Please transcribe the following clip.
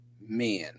men